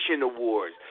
awards